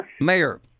Mayor